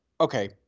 okay